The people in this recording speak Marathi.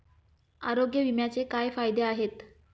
आरोग्य विम्याचे काय फायदे आहेत?